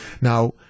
now